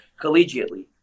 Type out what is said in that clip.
collegiately